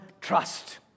trust